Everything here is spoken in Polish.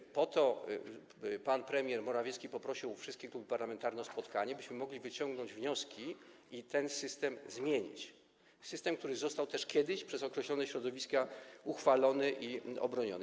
I po to pan premier Morawiecki poprosił wszystkie kluby parlamentarne o spotkanie, byśmy mogli wyciągnąć wnioski i ten system zmienić, system, który został też kiedyś przez określone środowiska uchwalony i obroniony.